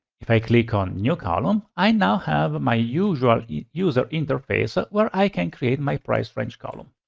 if i click on new column, i now have my usual user interface where i can create my price range column.